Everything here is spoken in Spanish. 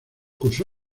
cursó